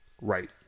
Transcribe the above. Right